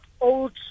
old